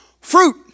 fruit